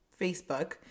Facebook